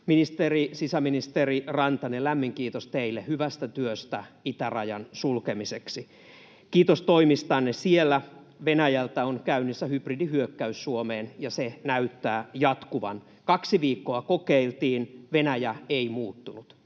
rahoitusta. Sisäministeri Rantanen, lämmin kiitos teille hyvästä työstä itärajan sulkemiseksi, kiitos toimistanne siellä. Venäjältä on käynnissä hybridihyökkäys Suomeen, ja se näyttää jatkuvan. Kaksi viikkoa kokeiltiin, Venäjä ei muuttunut.